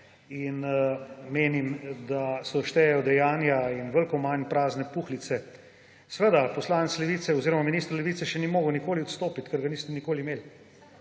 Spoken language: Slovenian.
in menim, da štejejo dejanja in veliko manj prazne puhlice. Seveda minister Levice še ni mogel nikoli odstopiti, ker ga niste nikoli imeli.